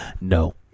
No